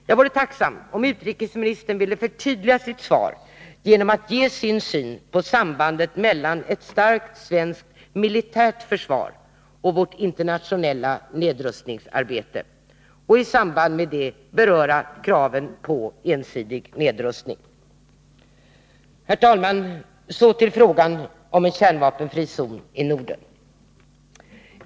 Jag vore tacksam om utrikesministern ville förtydliga sitt svar genom att ge sin syn på sambandet mellan ett starkt svenskt militärt försvar och vårt internationella nedrustningsarbete och i samband med detta beröra kraven på ensidig nedrustning. 13 Herr talman! Så till frågan om en kärnvapenfri zon i Norden.